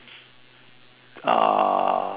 uh